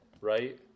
right